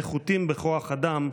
נחותים בכוח אדם,